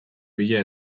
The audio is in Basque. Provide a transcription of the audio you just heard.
bila